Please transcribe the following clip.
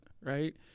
right